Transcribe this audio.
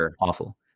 awful